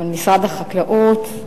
משרד החקלאות,